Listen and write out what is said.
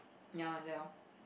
ya like that orh